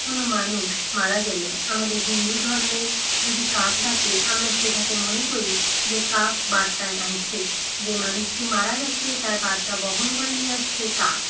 কোনো মানুষ মারা গেলে আমাদের হিন্দু ধর্মে যদি কাক ডাকে আমরা সেটাকে মনে করি যে কাক বার্তা আনছে যে মানুষটি মারা গিয়েছে তার বার্তা বহন করে নিয়ে আসছে কাক